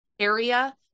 area